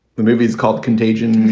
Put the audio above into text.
the movie is called contagion.